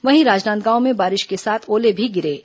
वहीं राजनांदगांव में बारिश के साथ ओले भी गिरे हैं